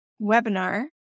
webinar